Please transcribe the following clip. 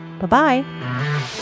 Bye-bye